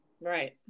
Right